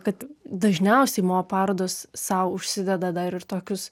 kad dažniausiai mo parodos sau užsideda dar ir tokius